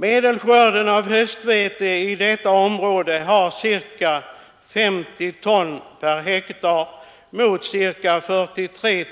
Medelskörden av höstvete i detta område är ca 50 deciton per hektar mot ca 43